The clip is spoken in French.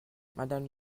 madame